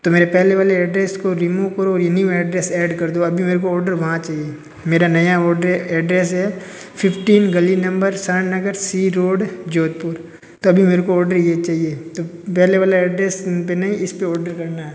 तो मेरे पहले वाले एड्रेस को रिमूव करो ये न्यू एड्रेस ऐड कर दो अभी मेरे को ऑर्डर वहाँ चाहिए मेरा नया ओड्रे एड्रेस है फिफ्टीन गली नंबर सेवन नगर सी रोड जोधपुर तो अभी मेरे को ऑर्डर यहीं चाहिए पहले वाले एड्रेस पर नहीं इस पर ओडर करना है